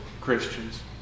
Christians